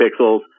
pixels